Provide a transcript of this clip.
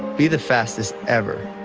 be the fastest ever.